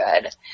good